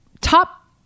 top